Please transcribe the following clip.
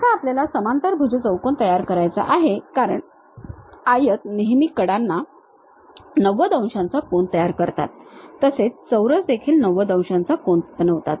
आता आपल्याला समांतरभुज चौकोन तयार करायचा आहे कारण आयत नेहमी कडांना 90 अंशांचा कोन तयार करतात तसेच चौरस देखील 90 अंशांचा कोन बनवतात